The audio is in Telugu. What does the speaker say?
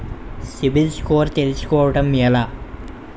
సిబిల్ స్కోర్ తెల్సుకోటం ఎలా?